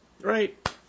right